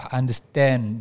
understand